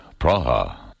Praha